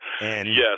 Yes